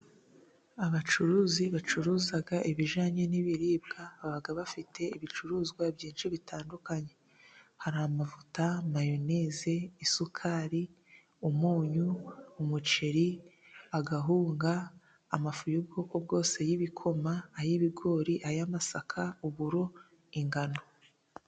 Abacuruzi bacuruza ibijyanye n'ibiribwa baba bafite ibicuruzwa byinshi bitandukanye hari amavuta, mayonese, isukari, umunyu ,umuceri, agahunga ,amafu y'ubwoko bwose y'ibikoma, ay'ibigori, ay'amasaka n'ay' uburo ingano.